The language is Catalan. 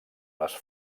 les